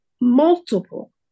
multiple